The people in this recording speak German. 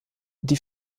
die